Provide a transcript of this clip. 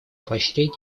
поощрению